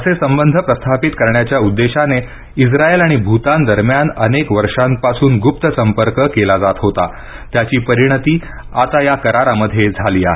असे संबंध प्रस्थापित करण्याच्या उद्देशाने इस्राएल आणि भूतान दरम्यान अनेक वर्षांपासून गुप्त संपर्क केला जात होता त्याची परिणती आता या करारामध्ये झाली आहे